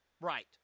Right